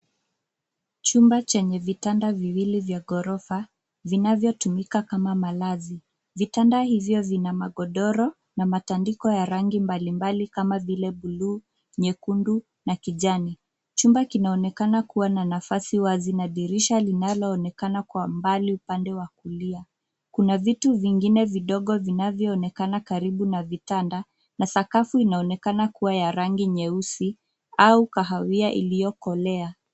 Chumba chenye vitanda viwili vya ghorofa, vinavyotumika kama malazi. Vitandaa hivyo vina magodoro, na matandiko ya rangi mbalimbali kama vile bluu, nyekundu, na kijani. Chumba kinaonekana kuwa na nafasi wazi na dirisha linaloonekana kwa mbali upande wa kulia. Kuna vitu vingine vidogo vinavyoonekana karibu na vitanda, na sakafu inaonekana kuwa ya rangi nyeusi, au kahawia iliyokolea.